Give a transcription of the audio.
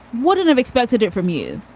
wouldn't have expected it from you